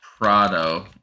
Prado